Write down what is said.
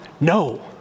No